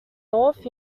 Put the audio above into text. north